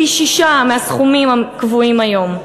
פי-שישה מהסכומים הקבועים היום.